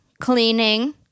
cleaning